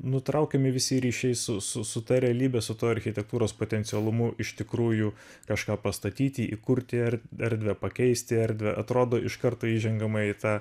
nutraukiami visi ryšiai su su su ta realybė su tuo architektūros potencialumu iš tikrųjų kažką pastatyti įkurti erdvę pakeisti erdvę atrodo iš karto įžengiama į tą